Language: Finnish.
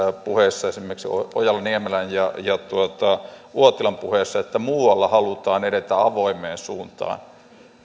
puheessa esimerkiksi ojala niemelän ja uotilan puheessa että muualla halutaan edetä avoimeen suuntaan